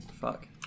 Fuck